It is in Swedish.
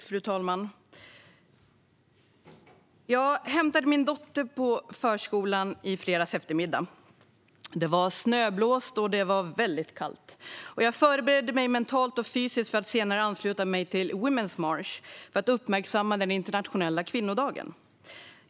Fru talman! Jag hämtade min dotter på förskolan i fredags eftermiddag. Det var snöblåst och väldigt kallt. Jag förberedde mig mentalt och fysiskt för att senare ansluta mig till Women's March för att uppmärksamma den internationella kvinnodagen.